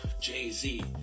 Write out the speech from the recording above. Jay-Z